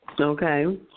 Okay